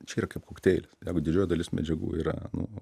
čia yra kaip kokteilis didžioji dalis medžiagų yra nu